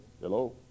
Hello